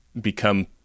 become